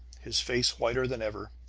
his face whiter than ever,